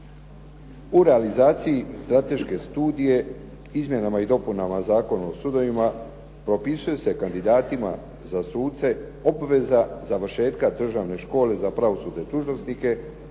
U realizaciji strateške studije, Izmjenama i dopunama Zakona o sudovima propisuje se kandidatima za suce obveza završetka Državne škole za pravosudne dužnosnike